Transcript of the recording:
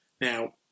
Now